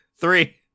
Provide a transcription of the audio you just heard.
Three